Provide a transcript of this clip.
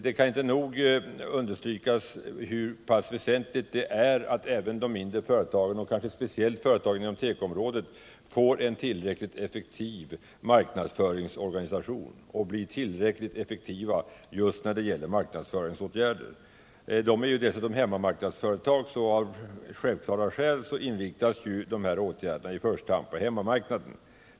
Det kan inte nog understrykas hur väsentligt det är att även de mindre företagen och kanske speciellt företagen inom tekoområdet får en tillräckligt effektiv marknadsföringsorganisation. Dessa företag är i första hand hemmamarknadsföretag, och av självklara skäl inriktas deras marknadsföring på denna marknad.